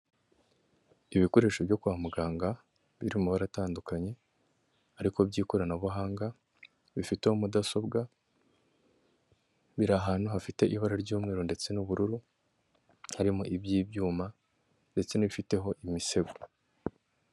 Ibikoresho byo kwa muganga biri mu mabara atandukanye ariko by'ikoranabuhanga bifiteho mudasobwa biri ahantu hafite ibara ry'umweru ndetse n'ubururu harimo iby'ibyuma ndetse n'ibifiteho imisego.